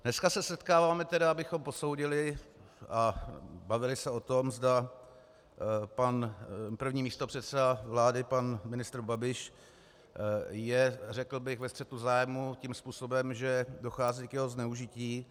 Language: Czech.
Dneska se setkáváme, abychom posoudili a bavili se o tom, zda pan první místopředseda vlády pan ministr Babiš je, řekl bych, ve střetu zájmů tím způsobem, že dochází k jeho zneužití.